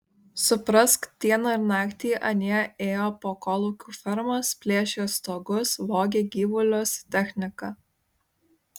suprask dieną ir naktį anie ėjo po kolūkių fermas plėšė stogus vogė gyvulius techniką